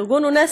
לארגון אונסק"ו,